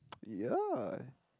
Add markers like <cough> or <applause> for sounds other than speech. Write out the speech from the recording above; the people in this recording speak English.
<noise> yeah